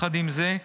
עם זאת,